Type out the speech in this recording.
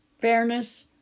fairness